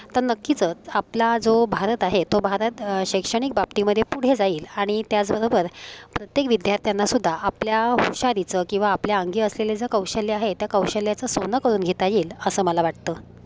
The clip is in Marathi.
तर नक्कीच आपला जो भारत आहे तो भारत शैक्षणिक बाबतीमध्ये पुढे जाईल आणि त्याचबरोबर प्रत्येक विद्यार्थ्यांनासुद्धा आपल्या हुशारीचं किंवा आपल्या अंगी असलेले जे कौशल्य आहे त्या कौशल्याचं सोनं करून घेता येईल असं मला वाटतं